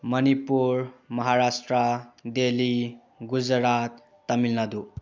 Manipur Maharashtra Delhi Gujarat Tamil Nadu